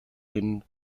den